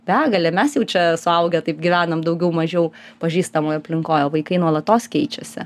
begalė mes jau čia suaugę taip gyvenam daugiau mažiau pažįstamoj aplinkoj o vaikai nuolatos keičiasi